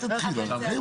להעביר